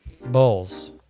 Bulls